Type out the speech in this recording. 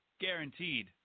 Guaranteed